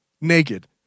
naked